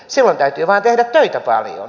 silloin täytyy vain tehdä töitä paljon